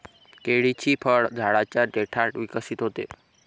केळीचे फळ झाडाच्या देठात विकसित होते